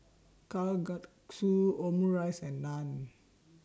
Kalguksu Omurice and Naan